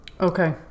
Okay